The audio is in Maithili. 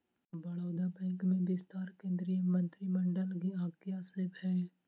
बड़ौदा बैंक में विस्तार केंद्रीय मंत्रिमंडलक आज्ञा सँ भेल